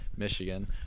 Michigan